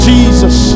Jesus